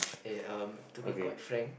eh um to be quite frank